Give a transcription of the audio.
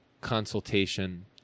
consultation